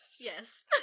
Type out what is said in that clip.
Yes